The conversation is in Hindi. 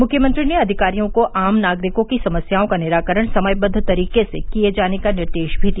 मुख्यमंत्री ने अधिकारियों को आम नागरिकों की समस्याओं का निराकरण समयबद्व तरीके से किये जाने का निर्देश भी दिया